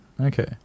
Okay